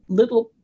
little